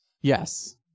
Yes